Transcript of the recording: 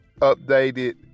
updated